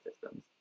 systems